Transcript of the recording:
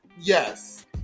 Yes